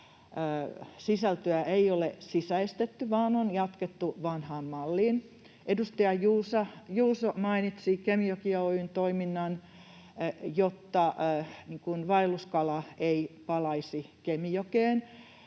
sisältöä ei ole sisäistetty, vaan on jatkettu vanhaan malliin. Edustaja Juuso mainitsi Kemijoki Oy:n toiminnan, jotta vaelluskala ei palaisi Kemijokeen.